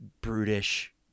brutish